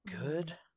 Good